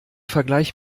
vergleich